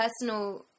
personal